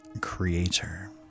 creator